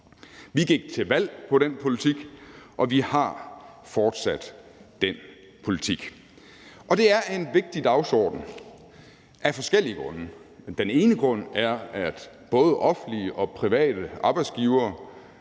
Vi gik til valg på den politik, og vi har fortsat den politik. Og det er en vigtig dagsorden – af forskellige grunde. Den ene grund er, at både offentlige og private arbejdsgivere